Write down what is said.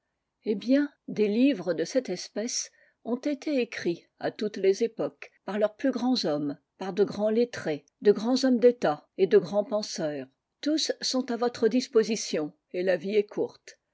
eh bien des livres de cette espèce ont été écrits à toutes les époques par leurs plus grands hommes i par degrands lettrés de grands hommes d'etat et de grands penseurs tous sont à votre disposition et la vie est courte